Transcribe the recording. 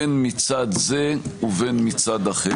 בין מצד זה ובין מצד אחר.